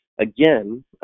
Again